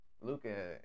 Luca